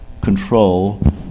control